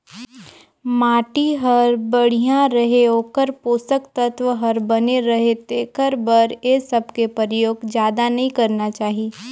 माटी हर बड़िया रहें, ओखर पोसक तत्व हर बने रहे तेखर बर ए सबके परयोग जादा नई करना चाही